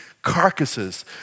carcasses